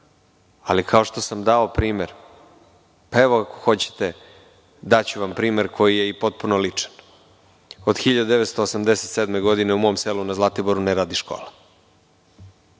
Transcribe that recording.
mi je postavljeno. Naravno da ne. Ako hoćete daću vam primer koji je i potpuno ličan. Od 1987. godine u mom selu na Zlatiboru ne radi škola.